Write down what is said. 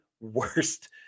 worst